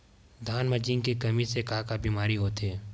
धान म जिंक के कमी से का बीमारी होथे?